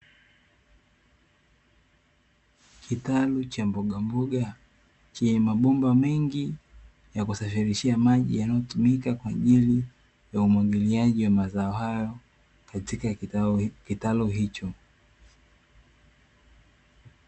Kitalu cha mbogamboga chenye mabomba mengi ya kusafirishia maji yanayotumika kwa ajili ya umwagiliaji wa mazao hayo katika kitalu hicho.